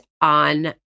on